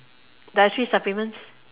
dietary supplements